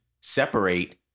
separate